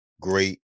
great